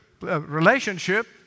relationship